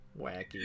wacky